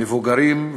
המבוגרים,